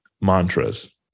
mantras